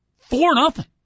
Four-nothing